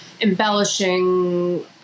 embellishing